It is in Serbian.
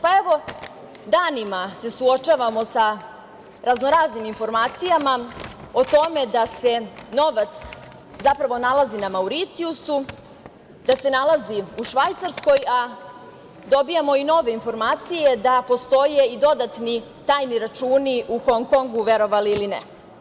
Pa, evo, danima se suočavamo sa raznoraznim informacijama o tome da se novac zapravo nalazi na Mauricijusu, da se nalazi u Švajcarskoj, a dobijamo i nove informacije da postoje i dodatni tajni računi u Hong Kongu, verovali ili ne.